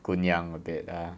姑娘 a bit lah